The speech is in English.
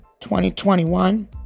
2021